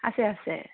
আছে আছে